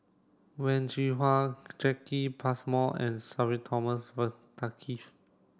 Wen Jinhua Jacki Passmore and Sudhir Thomas